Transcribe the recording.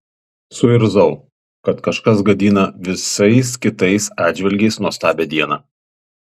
suirzau kad kažkas gadina visais kitais atžvilgiais nuostabią dieną